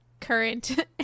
current